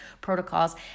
protocols